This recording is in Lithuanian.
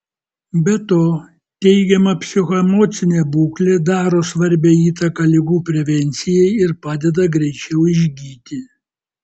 be to teigiama psichoemocinė būklė daro svarbią įtaką ligų prevencijai ir padeda greičiau išgyti